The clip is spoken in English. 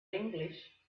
english